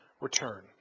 return